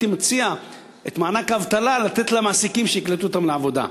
הייתי מציע לתת את מענק האבטלה למעסיקים שיקלטו אותם לעבודה,